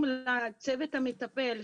לצוות המטפל.